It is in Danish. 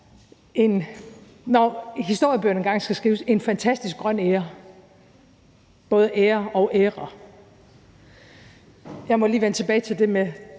når historiebøgerne engang skal skrives, en fantastisk grøn æra – både ære og æra. Jeg må lige vende tilbage til det med,